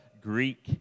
Greek